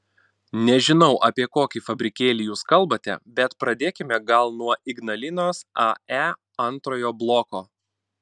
nežinau apie kokį fabrikėlį jūs kalbate bet pradėkime gal nuo ignalinos ae antrojo bloko